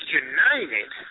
united